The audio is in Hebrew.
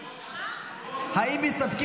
לא, לא.